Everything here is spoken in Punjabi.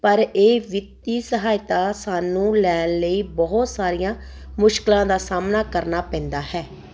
ਪਰ ਇਹ ਵਿੱਤੀ ਸਹਾਇਤਾ ਸਾਨੂੰ ਲੈਣ ਲਈ ਬਹੁਤ ਸਾਰੀਆਂ ਮੁਸ਼ਕਿਲਾਂ ਦਾ ਸਾਹਮਣਾ ਕਰਨਾ ਪੈਂਦਾ ਹੈ